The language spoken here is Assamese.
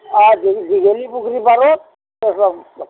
অঁ দী দীঘলী পুখুৰীৰ পাৰত তাতে লগ পাব